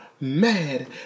mad